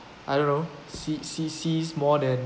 I don't know see see sees more than